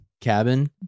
cabin